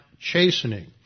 chastening